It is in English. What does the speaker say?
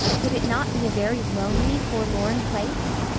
would it not be a very lonely, forlorn place?